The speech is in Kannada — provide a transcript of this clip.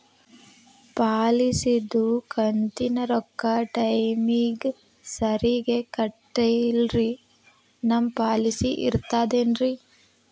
ಪಾಲಿಸಿದು ಕಂತಿನ ರೊಕ್ಕ ಟೈಮಿಗ್ ಸರಿಗೆ ಕಟ್ಟಿಲ್ರಿ ನಮ್ ಪಾಲಿಸಿ ಇರ್ತದ ಏನ್ರಿ?